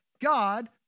God